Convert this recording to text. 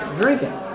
drinking